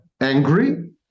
angry